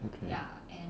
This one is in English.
okay